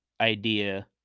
idea